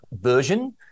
version